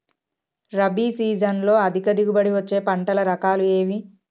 రబీ సీజన్లో అధిక దిగుబడి వచ్చే పంటల రకాలు ఏవి?